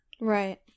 right